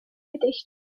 gedicht